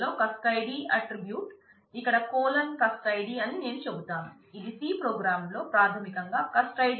ఒక కస్ట్ ఐడి